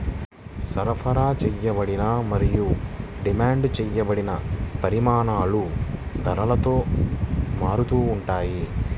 సరఫరా చేయబడిన మరియు డిమాండ్ చేయబడిన పరిమాణాలు ధరతో మారుతూ ఉంటాయి